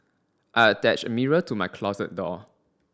I attached a mirror to my closet door